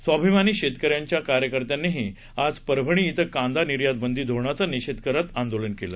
स्वाभिमानी शेतक यांच्या कार्यकर्त्यांनीही आज परभणी इथं कांदा निर्यात बंदी धोरणाचा निषेध करत आंदोलन केलं